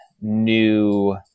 new